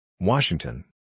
Washington